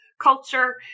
culture